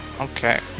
Okay